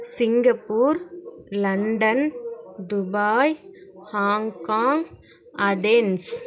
Singapore London Dubai Hong Kong Athens